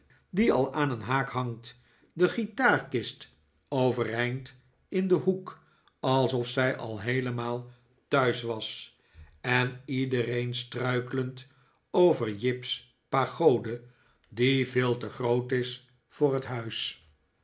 die al aan zijn haak hangt de guitaarkist overeind in een hoek alsof zij al heelemaal thuis was en iedereen struikelend over jip's pagode die veel te groot is voor het huis